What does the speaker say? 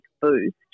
boost